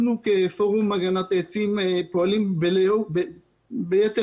אנחנו כפורום הגנת העצים פועלים ביתר